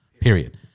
period